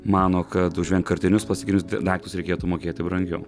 mano kad už vienkartinius plastikinius daiktus reikėtų mokėti brangiau